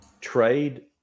trade